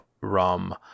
rum